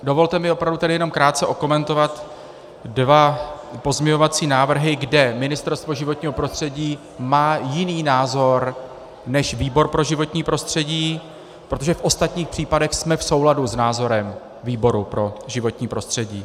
Dovolte mi opravdu tedy jenom krátce okomentovat dva pozměňovací návrhy, kde Ministerstvo životního prostředí má jiný názor než výbor pro životní prostředí, protože v ostatních případech jsme v souladu s názorem výboru pro životní prostředí.